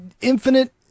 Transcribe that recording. infinite